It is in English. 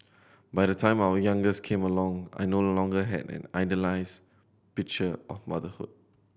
by the time our youngest came along I no longer had an idealised picture of motherhood